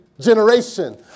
generation